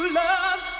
love